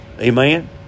Amen